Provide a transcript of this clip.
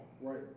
Right